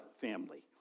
family